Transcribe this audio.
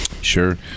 Sure